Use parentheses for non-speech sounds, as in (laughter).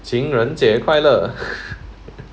情人节快乐 (laughs)